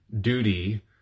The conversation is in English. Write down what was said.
duty